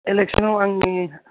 एलेक्सनाव आंनि